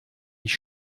ich